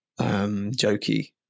jokey